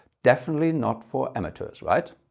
definitely, not for amateurs, right?